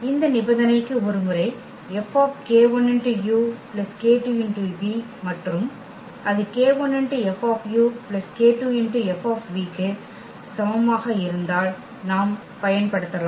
இந்த நிபந்தனைக்கு ஒருமுறை F k1u k2v மற்றும் அது k1F k2F க்கு சமமாக இருந்தால் நாம் பயன்படுத்தலாம்